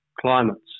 climates